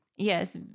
Yes